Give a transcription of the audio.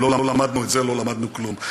אם לא למדנו את זה, לא למדנו כלום.